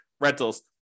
rentals